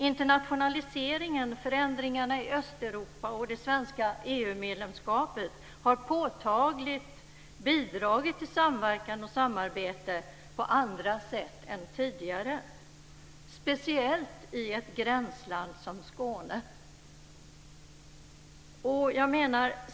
Internationaliseringen, förändringarna i Östeuropa och det svenska EU-medlemskapet har påtagligt bidragit till samverkan och samarbete på andra sätt än tidigare, speciellt i ett gränsland som Skåne.